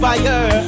Fire